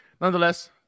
Nonetheless